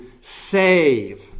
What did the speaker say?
save